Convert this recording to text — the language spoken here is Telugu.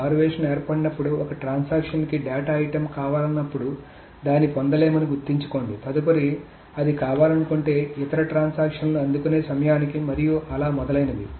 స్టార్వేషన్ ఏర్పడినప్పుడు ఒక ట్రాన్సాక్షన్ కి డేటా ఐటెమ్ కావాలనుకున్నప్పుడు దాన్ని పొందలేమని గుర్తుంచుకోండి తదుపరిసారి అది కావాలనుకుంటే ఇతర ట్రాన్సాక్షన్లు అందుకునే సమయానికి మరియు అలా మొదలైనవి